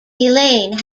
elaine